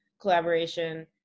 collaboration